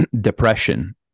depression